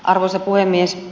arvoisa puhemies